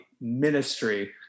Ministry